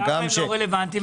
למה הם לא רלוונטיים?